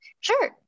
Sure